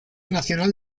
nacional